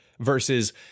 versus